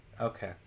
Okay